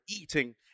eating